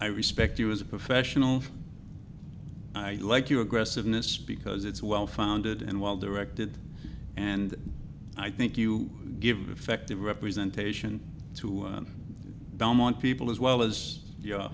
i respect you as a professional i like you aggressiveness because it's well founded and well directed and i think you give effective representation to belmont people as well as you